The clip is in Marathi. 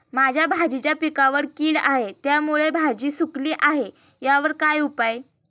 माझ्या भाजीच्या पिकावर कीड आहे त्यामुळे भाजी सुकली आहे यावर काय उपाय?